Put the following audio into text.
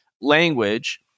language